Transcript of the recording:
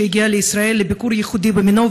שהגיעה לישראל לביקור מיוחד במינו,